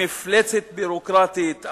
מפלצת ביורוקרטית,